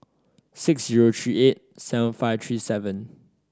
six zero three eight seven five three seven